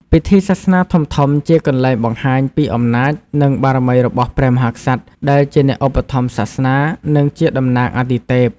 ពិធីសាសនាធំៗជាកន្លែងបង្ហាញពីអំណាច និងបារមីរបស់ព្រះមហាក្សត្រ ដែលជាអ្នកឧបត្ថម្ភសាសនា និងជាតំណាងអាទិទេព។